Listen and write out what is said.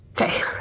Okay